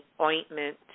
ointment